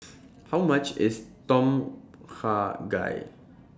How much IS Tom Kha Gai